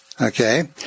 Okay